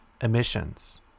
emissions